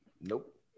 Nope